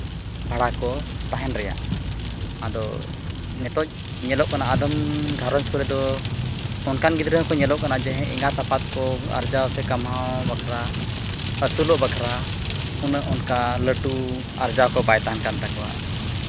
ᱵᱷᱟᱲᱟ ᱠᱚ ᱛᱟᱦᱮᱱ ᱨᱮᱭᱟᱜ ᱟᱫᱚ ᱱᱤᱛᱚᱜ ᱧᱮᱞᱚᱜ ᱠᱟᱱᱟ ᱟᱫᱚᱢ ᱜᱷᱟᱨᱚᱸᱡᱽ ᱠᱚᱨᱮ ᱫᱚ ᱚᱱᱠᱟᱱ ᱜᱤᱫᱽᱨᱟᱹ ᱦᱚᱸᱠᱚ ᱧᱮᱞᱚᱜ ᱠᱟᱱᱟ ᱡᱮ ᱮᱸᱜᱟᱛ ᱟᱯᱟᱛ ᱠᱚ ᱟᱨᱡᱟᱣ ᱥᱮ ᱠᱟᱢᱟᱣ ᱵᱟᱠᱷᱨᱟ ᱩᱱᱟᱹᱜ ᱚᱱᱠᱟ ᱞᱟᱹᱴᱩ ᱟᱨᱡᱟᱣ ᱠᱚ ᱵᱟᱭ ᱛᱟᱦᱮᱱ ᱠᱟᱱ ᱛᱟᱠᱚᱣᱟ